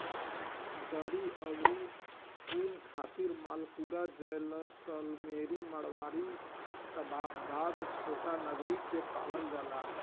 दरी अउरी ऊन खातिर मालपुरा, जैसलमेरी, मारवाड़ी, शाबाबाद, छोटानगरी के पालल जाला